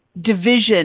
division